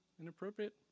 inappropriate